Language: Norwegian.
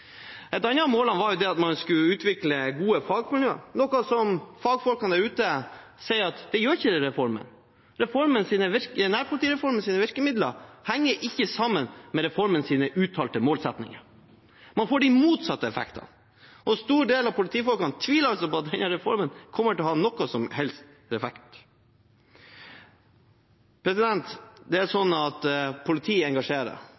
Et annet av målene var at man skulle utvikle gode fagmiljøer, noe som fagfolkene der ute sier at denne reformen ikke gjør. Nærpolitireformens virkemidler henger ikke sammen med reformens uttalte målsettinger. Man får de motsatte effektene. En stor del av politifolkene tviler på at denne reformen kommer til å ha noen som helst effekt. Politiet engasjerer. Trygghet og beredskap er av de viktige tingene som en nasjonalstat kan bedrive. Det er